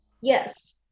Yes